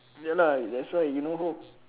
ya lah that's why you no hope